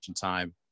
time